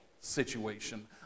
situation